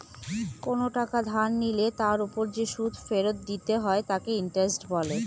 কোন টাকা ধার নিলে তার ওপর যে সুদ ফেরত দিতে হয় তাকে ইন্টারেস্ট বলে